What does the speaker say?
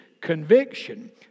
conviction